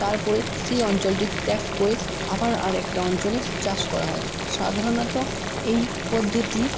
তারপরে সেই অঞ্চলটি ত্যাগ করে আবার আরেকটা অঞ্চলে চাষ করা হয় সাধারণত এই পদ্ধতি